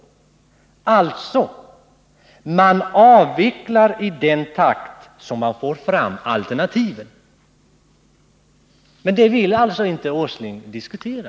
Det skulle innebära att man avvecklar i den takt som man får fram alternativen. Men den frågan vill Nils Åsling inte diskutera.